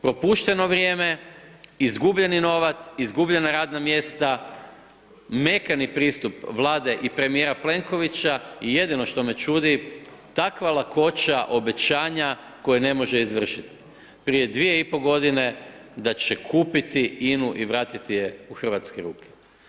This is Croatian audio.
Propušteno vrijeme, izgubljeni novac, izgubljena radna mjesta, mekani pristup Vlade i premijera Plenkovića i jedino što me čudi, takva lakoća obećanja koje ne može izvršit, prije dvije i po godine da će kupiti INA-u i vratiti je u hrvatske ruke.